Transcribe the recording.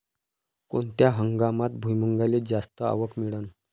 कोनत्या हंगामात भुईमुंगाले जास्त आवक मिळन?